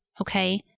Okay